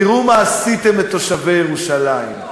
תראו מה עשיתם לתושבי ירושלים.